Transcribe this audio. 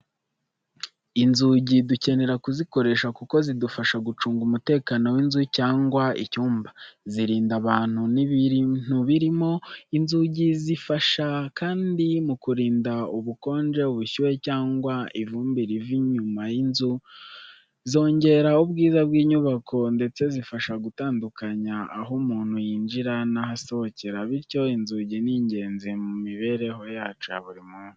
Inzugi dukenera kuzikoresha kuko zidufasha gucunga umutekano w’inzu cyangwa icyumba, zirinda abantu n’ibintu birimo. Inzugi zifasha kandi mu kurinda ubukonje, ubushyuhe cyangwa ivumbi riva inyuma y’inzu. Zongera ubwiza bw’inyubako ndetse zifasha gutandukanya aho umuntu yinjirira n’aho asohokera. Bityo, inzugi ni ingenzi mu mibereho yacu ya buri munsi.